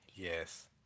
Yes